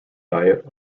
diet